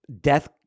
death